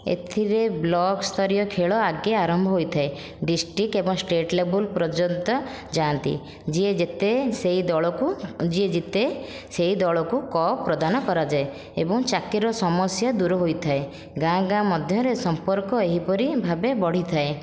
ଏଥିରେ ବ୍ଲକ ସ୍ଥରୀୟ ଖେଳ ଆଗେ ଆରମ୍ଭ ହୋଇଥାଏ ଡିଷ୍ଟ୍ରିକ୍ଟ ଏବଂ ଷ୍ଟେଟ୍ ଲେବେଲ ପର୍ଯ୍ୟନ୍ତ ଯାଆନ୍ତି ଯିଏ ଯେତେ ସେଇ ଦଳକୁ ଯିଏ ଜିତେ ସେହି ଦଳକୁ କପ୍ ପ୍ରଦାନ କରଯାଏ ଏବଂ ଚାକିରିର ସମସ୍ୟା ଦୂର ହୋଇଥାଏ ଗାଁ ଗାଁ ମଧ୍ୟରେ ସମ୍ପର୍କ ଏହିପରି ଭାବେ ବଢ଼ିଥାଏ